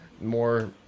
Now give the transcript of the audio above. more